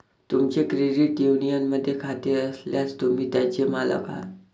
तुमचे क्रेडिट युनियनमध्ये खाते असल्यास, तुम्ही त्याचे मालक आहात